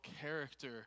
character